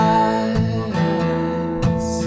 eyes